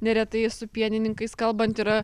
neretai su pienininkais kalbant yra